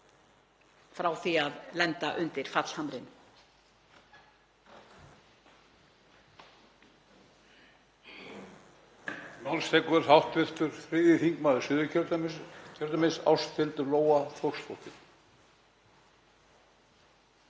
frá því að lenda undir fallhamrinum.